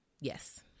yes